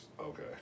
okay